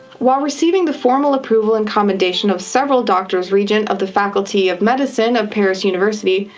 while receiving the formal approval and commendation of several doctors regent of the faculty of medicine of paris university,